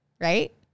Right